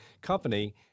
Company